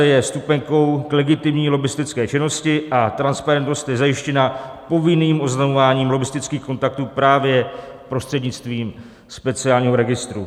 Je vstupenkou k legitimní lobbistické činnosti a transparentnost je zajištěna povinným oznamováním lobbistických kontaktů právě prostřednictvím speciálního registru.